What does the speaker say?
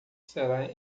será